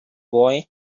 boy